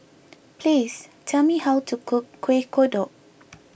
please tell me how to cook Kuih Kodok